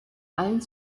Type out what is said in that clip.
allen